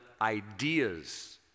ideas